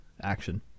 action